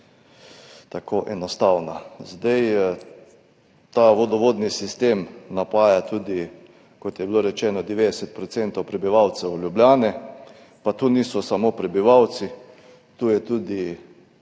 tako enostavna. Ta vodovodni sistem napaja tudi, kot je bilo rečeno, 90 % prebivalcev Ljubljane, pa tu niso samo prebivalci, tu je tudi